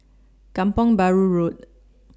Kampong Bahru Road